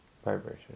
Vibration